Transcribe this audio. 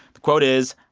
the quote is,